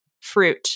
fruit